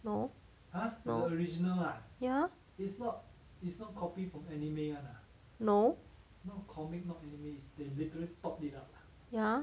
no no ya no ya